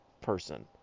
person